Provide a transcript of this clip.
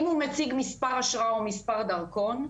אם הוא מציג מספר אשרה או מספר דרכון,